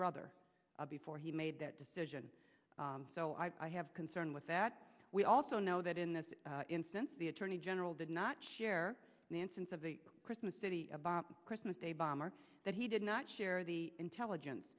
brother before he made that decision so i have concern with that we also know that in this instance the attorney general did not share manson's of the christmas city a bomb christmas day bomber that he did not share the intelligence